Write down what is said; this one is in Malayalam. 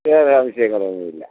വേറെ ആവശ്യങ്ങളൊന്നും ഇല്ല